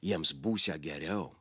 jiems būsią geriau